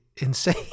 insane